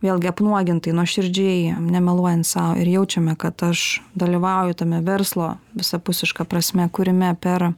vėlgi apnuogintai nuoširdžiai nemeluojant sau ir jaučiame kad aš dalyvauju tame verslo visapusiška prasme kūrime per